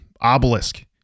obelisk